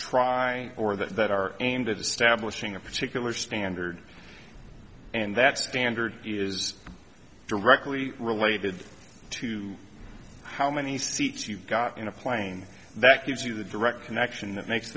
or that are aimed at establishing a particular standard and that standard is directly related to how many seats you've got in a plane that gives you the direct connection that makes